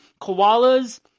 koalas